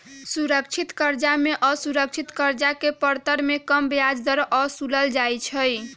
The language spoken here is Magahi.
सुरक्षित करजा में असुरक्षित करजा के परतर में कम ब्याज दर असुलल जाइ छइ